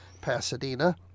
pasadena